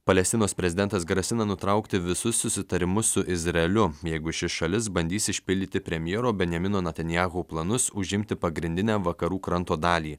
palestinos prezidentas grasina nutraukti visus susitarimus su izraeliu jeigu ši šalis bandys išpildyti premjero benjamino netanyahu planus užimti pagrindinę vakarų kranto dalį